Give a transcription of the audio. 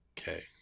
Okay